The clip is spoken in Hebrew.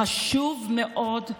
חשוב מאוד,